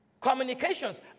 communications